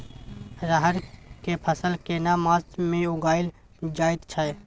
रहर के फसल केना मास में उगायल जायत छै?